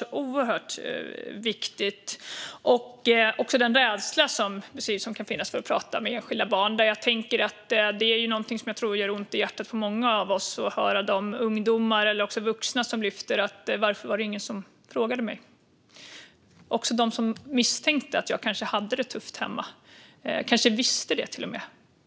Det är oerhört viktigt. Det handlar också om den rädsla som kan finnas för att prata med enskilda barn. Det är någonting som gör ont i hjärtat för många av oss att höra de ungdomar och vuxna som säger: Varför var det ingen som frågade mig? Det gäller också dem som misstänkte att barnen hade det tufft hemma eller till och med visste det.